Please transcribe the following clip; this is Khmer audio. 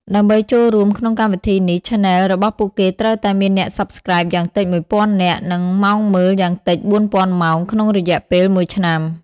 ដើម្បីចូលរួមក្នុងកម្មវិធីនេះ Channel របស់ពួកគេត្រូវតែមានអ្នក Subscribe យ៉ាងតិច ១,០០០នាក់ និងម៉ោងមើលយ៉ាងតិច ៤,០០០ម៉ោងក្នុងរយៈពេលមួយឆ្នាំ។